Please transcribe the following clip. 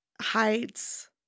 Hides